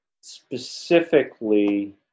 specifically